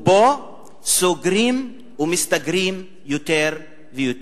ופה סוגרים ומסתגרים יותר ויותר.